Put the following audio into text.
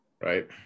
Right